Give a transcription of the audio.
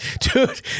Dude